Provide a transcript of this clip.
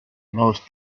most